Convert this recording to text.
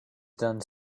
done